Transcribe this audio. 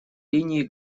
линии